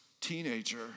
teenager